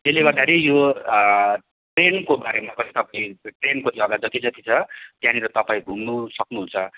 त्यसले गर्दाखेरि यो ट्रेनको बारेमा तपाईँ ट्रेनको जग्गा जति जति छ त्यहाँनिर तपाईँ घुम्न सक्नुहुन्छ